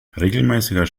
regelmäßiger